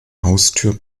haustür